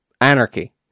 anarchy